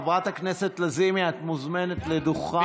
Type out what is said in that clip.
חברת הכנסת לזימי, את מוזמנת לדוכן.